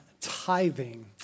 tithing